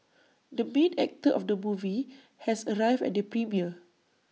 the main actor of the movie has arrived at the premiere